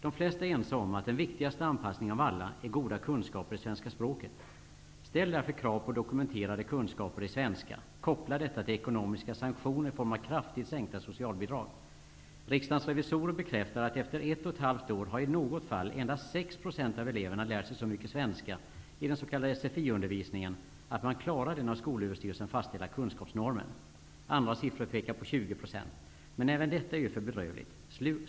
De flesta är ense om att den viktigaste an passningen av alla är goda kunskaper i svenska språket. Ställ därför krav på dokumenterade kun skaper i svenska -- koppla detta till ekonomiska sanktioner i form av kraftigt sänkta socialbidrag. Riksdagens revisorer bekräftar att efter ett och ett halvt år har i något fall endast 6 % av eleverna lärt sig så mycket svenska i den s.k. Sfi-undervis ningen att man klarar den av Skolöverstyrelsen fastställda kunskapsnormen. Andra siffror pekar på 20 %. Men även detta är ju för bedrövligt.